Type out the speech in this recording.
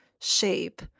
shape